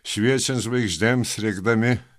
šviečiant žvaigždėms rėkdami